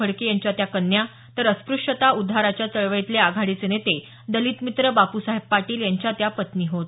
फडके यांच्या त्या कन्या तर अस्प्रश्यता उद्धाराच्या चळवळीतले आघाडीचे नेते दलितमित्र बाप्साहेब पाटील यांच्या त्या पत्नी होत